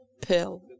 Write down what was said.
pill